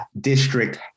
district